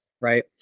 right